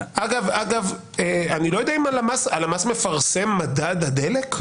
אגב, הלמ"ס מפרסם מדד הדלק?